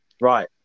Right